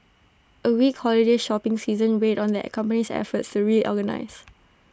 A weak holiday shopping season weighed on the company's efforts to reorganise